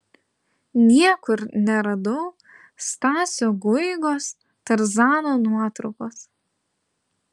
niekur neradau stasio guigos tarzano nuotraukos